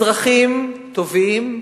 אזרחים טובים,